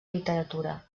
literatura